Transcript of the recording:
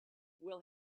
will